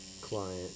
client